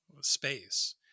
space